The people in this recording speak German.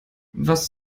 was